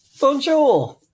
Bonjour